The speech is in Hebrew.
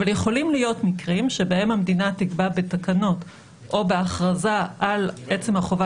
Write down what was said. אבל יכולים להיות מקרים שבהם המדינה תקבע בתקנות או בהכרזה על עצם החובה